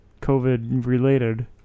COVID-related